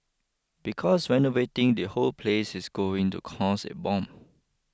because renovating the whole place is going to cost a bomb